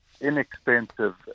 inexpensive